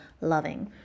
loving